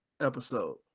episode